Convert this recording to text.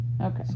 Okay